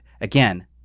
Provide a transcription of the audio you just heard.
Again